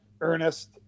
Ernest